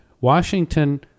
Washington